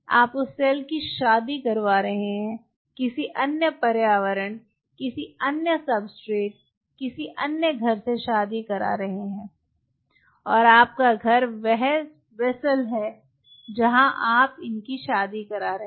आप उस सेल की शादी करवा रहे हैं किसी अन्य पर्यावरण किसी अन्य सब्सट्रेट किसी अन्य घर से शादी कर रहा है और आपका घर वह पात्र है जहाँ आप इनकी शादी कर रहे हैं